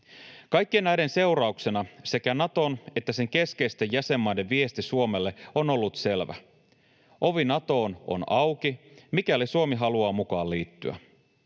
Kaikkien näiden seurauksena sekä Naton että sen keskeisten jäsenmaiden viesti Suomelle on ollut selvä: ovi Natoon on auki, mikäli Suomi haluaa mukaan liittyä.